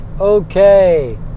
Okay